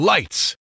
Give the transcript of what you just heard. Lights